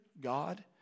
God